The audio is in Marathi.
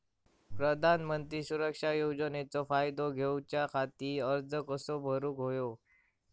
प्रधानमंत्री सुरक्षा योजनेचो फायदो घेऊच्या खाती अर्ज कसो भरुक होयो?